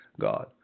God